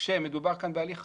שמדובר כאן בהליך חקיקה,